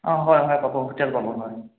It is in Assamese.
অঁ হয় হয় পাব হোটেল পাব হয়